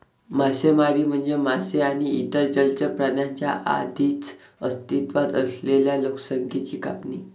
मासेमारी म्हणजे मासे आणि इतर जलचर प्राण्यांच्या आधीच अस्तित्वात असलेल्या लोकसंख्येची कापणी